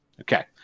Okay